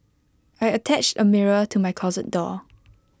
I attached A mirror to my closet door